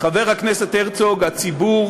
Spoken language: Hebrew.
חבר הכנסת הרצוג, הציבור